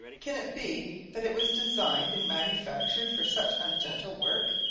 can it be that it was designed and manufactured for such ungentle work?